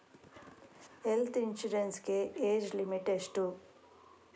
Health insurance ಗೆ age limit ಎಷ್ಟು?